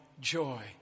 joy